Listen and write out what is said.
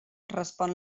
respon